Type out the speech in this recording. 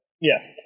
yes